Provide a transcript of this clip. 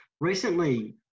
Recently